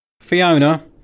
Fiona